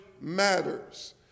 Matters